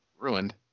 ruined